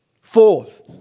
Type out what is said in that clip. Fourth